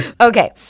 Okay